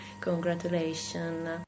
Congratulations